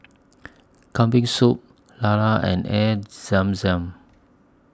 Kambing Soup Lala and Air Zam Zam